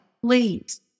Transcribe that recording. please